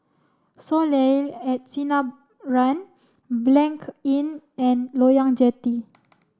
Soleil at Sinaran Blanc Inn and Loyang Jetty